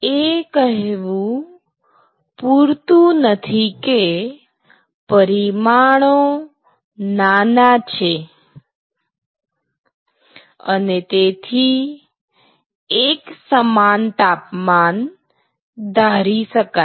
એ કહેવું પૂરતું નથી કે પરિમાણો નાના છે અને તેથી એક સમાન તાપમાન ધારી શકાય